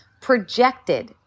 projected